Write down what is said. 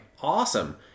awesome